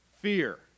fear